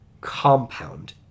compound